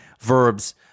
verbs